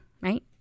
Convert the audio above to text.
right